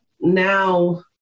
now –